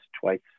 twice